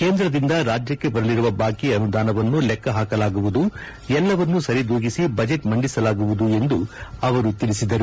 ಕೇಂದ್ರದಿಂದ ರಾಜ್ಯಕ್ಷೆ ಬರಲಿರುವ ಬಾಕಿ ಅನುದಾನವನ್ನು ಲೆಕ್ಕಹಾಕಲಾಗುವುದು ಎಲ್ಲವನ್ನೂ ಸರಿದೂಗಿಸಿ ಬಜೆಟ್ ಮಂಡಿಸಲಾಗುವುದು ಎಂದು ತಿಳಿಸಿದರು